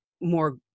more